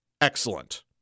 Excellent